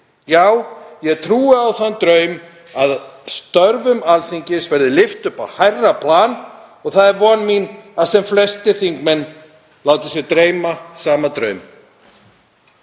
Já, ég trúi á þann draum að störfum Alþingis verði lyft upp á hærra plan og það er von mín að sem flestir þingmenn láti sig dreyma sama draum.